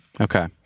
Okay